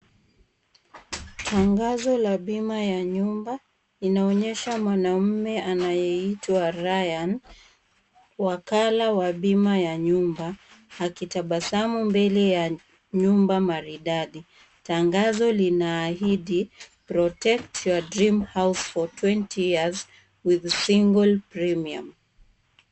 Tangazo la bima ya nyumba, inaonyesha mwanaume anayeitwa Ryan, wakala wa bima ya nyumba akitabasamu mbele ya nyumba maridadi. Tangazo linaahindi, protect your dream house for twenty years with single premium .